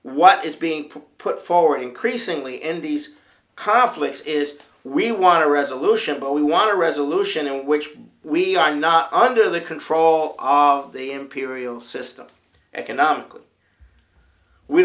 what is being put forward increasingly in these conflicts is we want a resolution but we want a resolution in which we are not under the control of the imperial system economically we